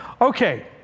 Okay